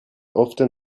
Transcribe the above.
often